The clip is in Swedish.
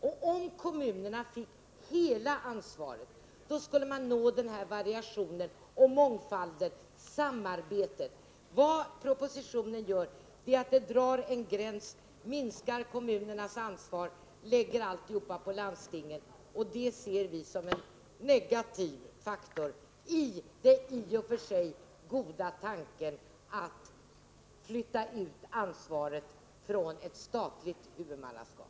Och om kommunerna fick hela ansvaret skulle man nå variation, mångfald och samarbete. Vad propositionen gör är att den drar en gräns, minskar kommunernas ansvar, lägger allt på landstingen. Det ser vi som en negativ faktor i den i och för sig goda tanken att flytta ut ansvaret från ett statligt huvudmannaskap.